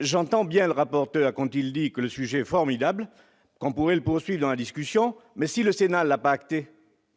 J'entends bien le rapporteur quand il dit que ce sujet est formidable et que l'on pourrait poursuivre cette discussion, mais, si le Sénat ne l'a pas actée,